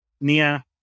Nia